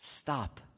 Stop